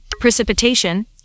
precipitation